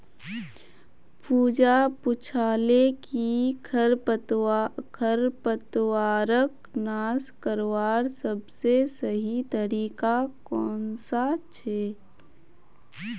पूजा पूछाले कि खरपतवारक नाश करवार सबसे सही तरीका कौन सा छे